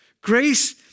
Grace